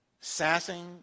sassing